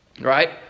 Right